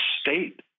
state